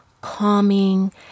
calming